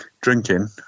drinking